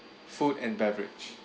food and beverage